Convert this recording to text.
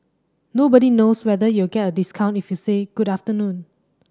nobody knows whether you'll get a discount if you say good afternoon